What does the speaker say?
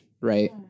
Right